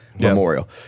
memorial